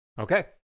Okay